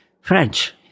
French